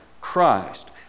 Christ